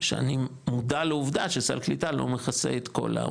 שאני מודע לעובדה שסל קליטה לא מכסה את כל העלויות,